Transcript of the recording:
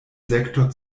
sektor